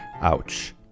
ouch